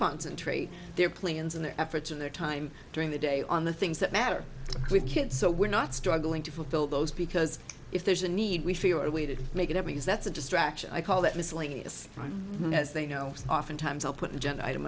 concentrate their plans and their efforts and their time during the day on the things that matter with kids so we're not struggling to fulfill those because if there's a need we figure a way to make it up because that's a distraction i call that miscellaneous as they know oftentimes i'll put it gen